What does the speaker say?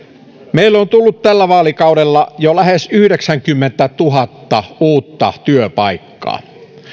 meille on tullut tällä vaalikaudella jo lähes yhdeksänkymmentätuhatta uutta työpaikkaa